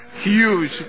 Huge